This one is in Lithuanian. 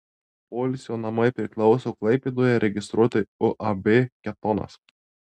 poilsio namai priklauso klaipėdoje registruotai uab ketonas